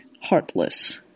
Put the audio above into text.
heartless